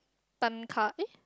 Tan Kah eh